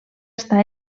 estar